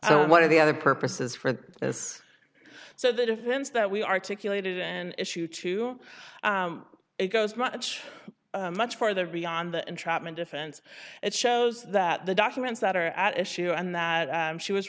one of the other purposes for this so the defense that we articulated and issue to it goes much much further beyond the entrapment defense it shows that the documents that are at issue and that she was